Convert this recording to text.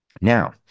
Now